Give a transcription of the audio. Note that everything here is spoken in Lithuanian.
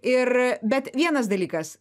ir bet vienas dalykas